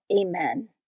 Amen